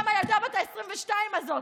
גם הילדה בת ה-22 הזאת,